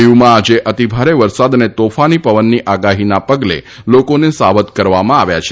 દીવમાં આજે અતિભારે વરસાદ અને તોફાની પવનની આગાહીના પગલે લોકોને સાવધ કરવામાં આવ્યા છે